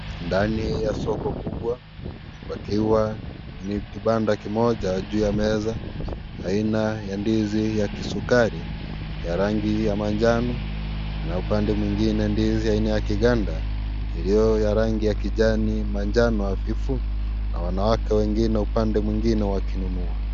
Ndani ya soko kubwa pakiwa ni kibanda kimoja juu ya meza, aina ya ndizi ya kisukari ya rangi ya manjano na upande mwingine ndizi ya rangi ya kiganda iliyo yarangi ya kijani manjano hafifu na wanawake wengine upande mwingine wakinunua.